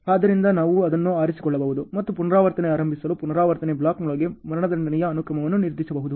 ಆದ್ದರಿಂದ ನಾವು ಅದನ್ನು ಆರಿಸಿಕೊಳ್ಳಬಹುದು ಮತ್ತು ಪುನರಾವರ್ತನೆ ಪ್ರಾರಂಭಿಸಲು ಪುನರಾವರ್ತನೆ ಬ್ಲಾಕ್ನೊಳಗೆ ಮರಣದಂಡನೆಯ ಅನುಕ್ರಮವನ್ನು ನಿರ್ಧರಿಸಬಹುದು